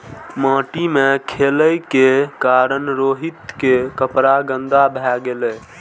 माटि मे खेलै के कारण रोहित के कपड़ा गंदा भए गेलै